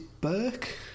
Burke